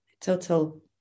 total